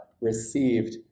received